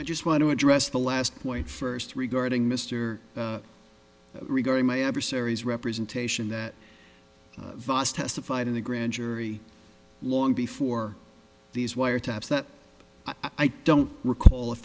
i just want to address the last point first regarding mister regarding my adversaries representation that vos testified in the grand jury long before these wiretaps that i don't recall if